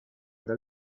del